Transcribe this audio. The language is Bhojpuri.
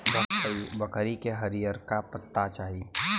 बकरी के हरिअरका पत्ते चाही